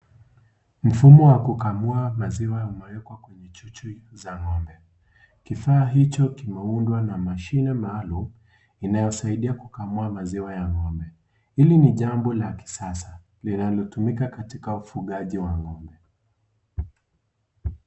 Mfumo wa kukamua maziwa kimewekwa kwenye chuchu za ngombe kifaa hichi kimeindwa na mashine maalum inayosaidia kukamua maziwa ya ngombe. Hili ni jambo la kisasa linalotumika katika ufugaji wa ngombe.